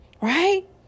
right